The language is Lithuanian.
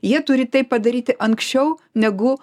jie turi tai padaryti anksčiau negu